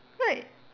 right